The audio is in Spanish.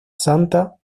santa